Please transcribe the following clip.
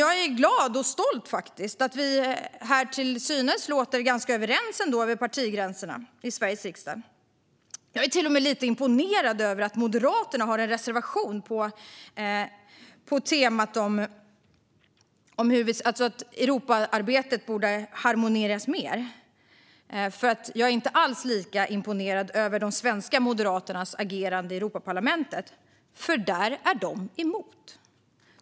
Jag är glad och stolt över att det ändå låter som att vi är ganska överens över partigränserna här i Sveriges riksdag. Jag är till och med lite imponerad av att Moderaterna har en reservation på temat att Europaarbetet borde harmonieras mer. Jag är inte alls lika imponerad av de svenska moderaternas agerande i Europaparlamentet. Där är de nämligen emot.